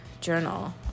journal